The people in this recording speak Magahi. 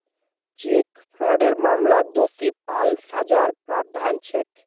चेक फ्रॉडेर मामलात दोषी पा ल सजार प्रावधान छेक